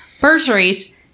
bursaries